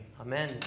Amen